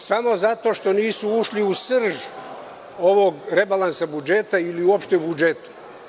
Samo zato što nisu ušli u srž ovog rebalansa budžeta ili uopšte budžeta.